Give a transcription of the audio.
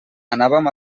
anàvem